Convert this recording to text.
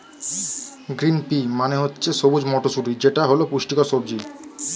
green pea মানে হচ্ছে সবুজ মটরশুঁটি যেটা হল পুষ্টিকর সবজি